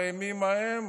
בימים ההם,